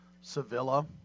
Sevilla